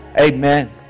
Amen